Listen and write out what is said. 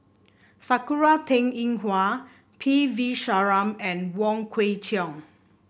Sakura Teng Ying Hua P V Sharma and Wong Kwei Cheong